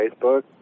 Facebook